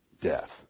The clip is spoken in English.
Death